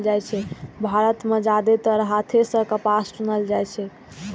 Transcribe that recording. भारत मे जादेतर हाथे सं कपास चुनल जाइ छै